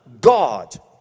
God